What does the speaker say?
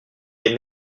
est